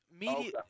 media